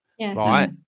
right